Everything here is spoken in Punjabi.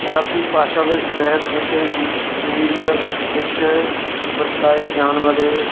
ਪੰਜਾਬੀ ਭਾਸ਼ਾ ਵਿੱਚ ਸਾਹਿਤ ਅਤੇ ਮੀਡੀਆ ਵਿੱਚ ਵਰਤਾਏ ਜਾਣ ਵਾਲੇ